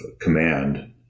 command